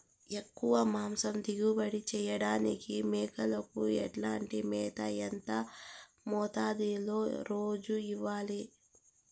ఎక్కువగా మాంసం దిగుబడి చేయటానికి మేకలకు ఎట్లాంటి మేత, ఎంత మోతాదులో రోజు ఇవ్వాలి?